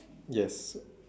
yes